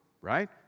Right